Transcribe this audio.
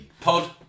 pod